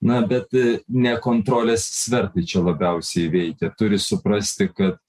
na bet ne kontrolės svertai čia labiausiai veikia turi suprasti kad